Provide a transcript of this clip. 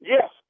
Yes